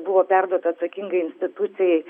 buvo perduota atsakingai institucijai